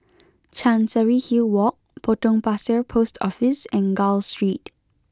Chancery Hill Walk Potong Pasir Post Office and Gul Street